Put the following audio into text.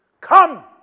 Come